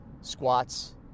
squats